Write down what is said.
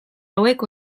hauek